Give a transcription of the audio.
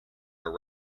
are